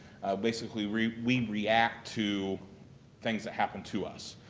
basically, we we react to things that happen to us.